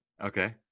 Okay